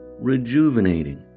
Rejuvenating